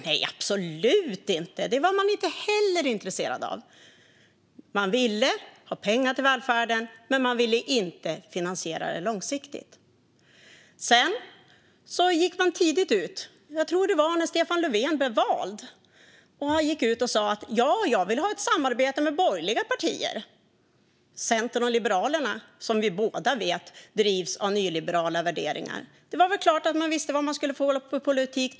Nej, absolut inte! Det var man inte heller intresserad av. Man ville ha pengar till välfärden, men man ville inte finansiera den långsiktigt. När Stefan Löfven valdes gick han ut och sa att han ville ha ett samarbete med borgerliga partier. Vi vet att Centern och Liberalerna drivs av nyliberala värderingar, och det är väl klart att man visste vilken politik man skulle få.